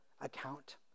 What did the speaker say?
account